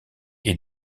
est